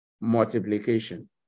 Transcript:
Multiplication